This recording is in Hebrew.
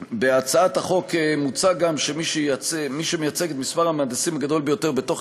בהצעת החוק מוצע גם שמי שמייצג את מספר המהנדסים הגדול ביותר בתוך